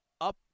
Up